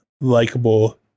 likable